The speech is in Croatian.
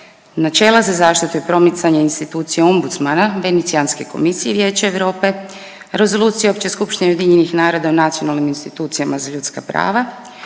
načela za zaštitu i promicanje institucije ombudsmana Venecijanske komisije i Vijeća Europe, Rezolucije Opće skupštine Ujedinjenih naroda u nacionalnim institucijama za ljudska prava,